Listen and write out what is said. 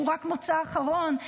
שהוא רק מוצא אחרון.